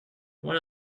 what